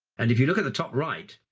and if you look at the top right,